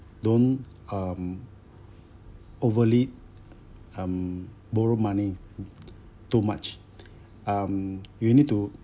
don't um overly um borrow money too much um you need to